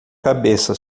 cabeça